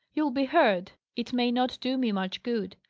you'll be heard. it may not do me much good.